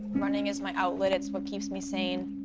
running is my outlet. it's what keeps me sane.